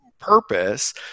purpose